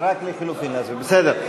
רק לחלופין, בסדר.